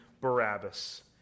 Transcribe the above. Barabbas